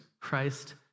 Christ